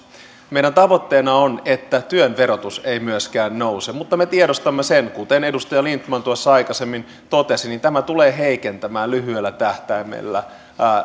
meidän tavoitteenamme on että työn verotus ei myöskään nouse mutta me tiedostamme sen kuten edustaja lindtman tuossa aikaisemmin totesi että tämä tulee heikentämään lyhyellä tähtäimellä